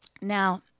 Now